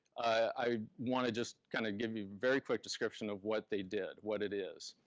i want to just kind of give you a very quick description of what they did, what it is.